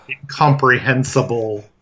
incomprehensible